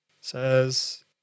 says